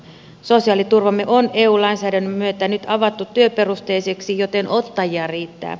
sosiaaliturvamme on eu lainsäädännön myötä nyt avattu työperusteiseksi joten ottajia riittää